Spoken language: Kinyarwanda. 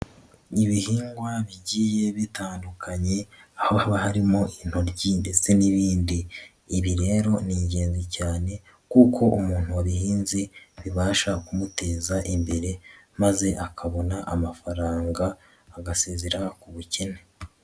Ibihingwa bigiye bitandukanye, aho haba harimo intoryi ndetse n'ibindi, ibi rero ni ingenzi cyane kuko umuntu wabihinze bibasha kumuteza imbere maze akabona amafaranga agasezera ku bukene.